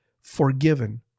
forgiven